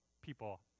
people